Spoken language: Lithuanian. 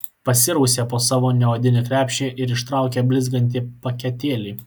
pasirausė po savo neodinį krepšį ir ištraukė blizgantį paketėlį